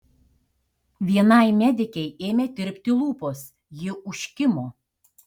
vienai medikei ėmė tirpti lūpos ji užkimo